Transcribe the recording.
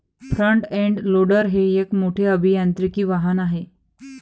front end loader हे एक मोठे अभियांत्रिकी वाहन आहे